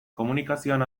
komunikazioan